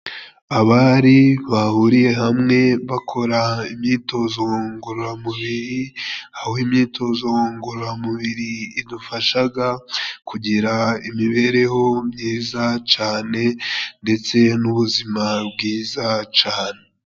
Abari bahuriye hamwe bakora imyitozo ngororamubiri, aho imyitozo ngororamubiri idufashaga kugira imibereho myiza cane ndetse n'ubuzima bwiza cane.